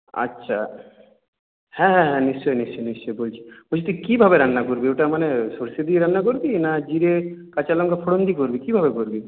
আচ্ছা হ্যাঁ হ্যাঁ হ্যাঁ নিশ্চয়ই নিশ্চয়ই নিশ্চয়ই বলছি বলছি তুই কিভাবে রান্না করবি ওটা মানে সরষে দিয়ে রান্না করবি না জিরে কাঁচালঙ্কা ফোড়ন দিয়ে করবি কিভাবে করবি